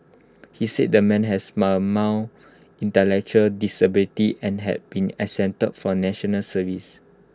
he said the man has mild intellectual disability and had been exempted from National Service